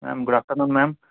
ma'am good afternoon ma'am